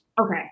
Okay